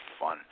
fun